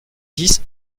dix